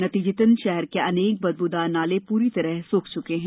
नतीजन शहर के अनेक बदबूदार नाले पूरी तरह सूख चुके हैं